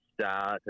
start